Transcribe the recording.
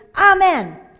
Amen